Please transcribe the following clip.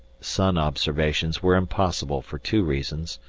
sun observations were impossible for two reasons.